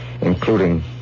including